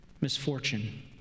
misfortune